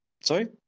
Sorry